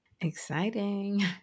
Exciting